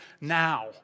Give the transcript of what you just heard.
now